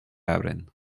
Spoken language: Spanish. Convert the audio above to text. abren